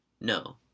No